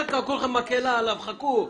כולכם במקהלה עליו, חכו.